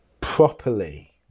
Properly